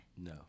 No